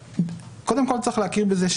קודם כל יש להכיר בזה,